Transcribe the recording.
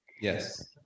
Yes